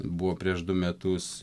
buvo prieš du metus